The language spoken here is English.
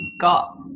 got